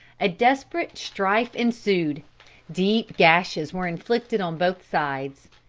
a desperate strife ensued deep gashes were inflicted on both sides.